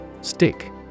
Stick